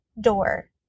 door